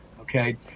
Okay